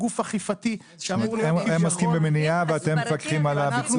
הם עוסקים במניעה ואתם מפקחים על הביצוע.